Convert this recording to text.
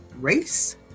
race